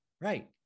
Right